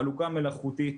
חלוקה מלאכותית.